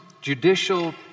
judicial